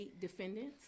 defendants